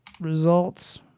results